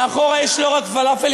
מאחור יש לא רק פלאפלים,